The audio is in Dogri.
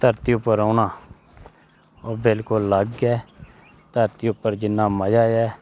धरती उप्पर रौह्ना ओह् बिलकुल अलग ऐ धरती उप्पर जिन्ना मजा ऐ